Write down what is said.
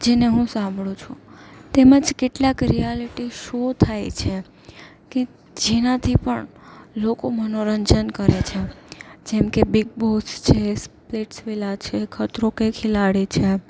જેને હું સાંભળું છું તેમજ કેટલાક રિયાલિટી શો થાય છે કે જેનાથી પણ લોકો મનોરંજન કરે છે જેમકે બિગ બોસ છે સ્પ્લિટસ વિલા છે ખતરો કે ખિલાડી છે એ